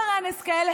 שרן השכל,